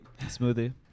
Smoothie